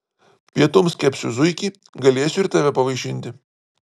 pietums kepsiu zuikį galėsiu ir tave pavaišinti